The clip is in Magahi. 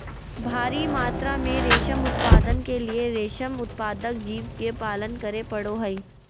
भारी मात्रा में रेशम उत्पादन के लिए रेशम उत्पादक जीव के पालन करे पड़ो हइ